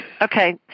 Okay